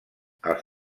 els